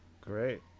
Great